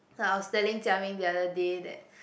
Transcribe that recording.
so I was telling Jia-Ming the other day that